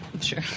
Sure